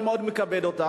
אני מאוד מכבד אותך,